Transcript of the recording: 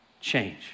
change